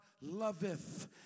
loveth